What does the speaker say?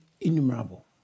innumerable